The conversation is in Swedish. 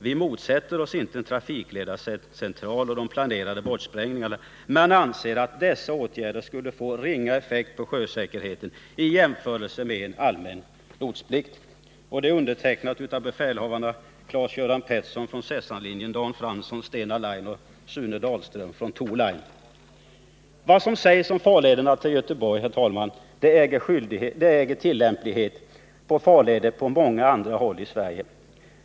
Vi motsätter oss inte en trafikledarcentral och de planerade bortsprängningarna men anser, att dessa åtgärder skulle få ringa effekt på sjösäkerheten i jämförelse med en allmän lotsplikt.” Vad som sägs om farlederna till Göteborg äger tillämplighet på farleder på många andra håll i Sverige.